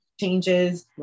changes